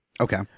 Okay